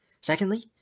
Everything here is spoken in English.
Secondly